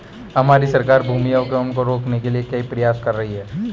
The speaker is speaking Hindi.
हमारी सरकार भूमि अवक्रमण को रोकने के लिए कई प्रयास कर रही है